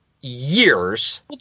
years